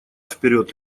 вперед